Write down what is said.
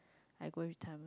I go it time